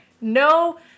No